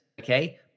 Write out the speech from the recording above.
Okay